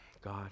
God